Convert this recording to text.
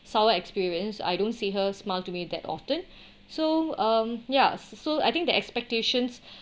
sour experience I don't see her smile to me that often so um ya so I think that expectations